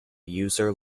user